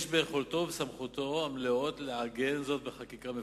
ביכולתו ובסמכותו המלאות לעגן זאת בחקיקה מפורשת".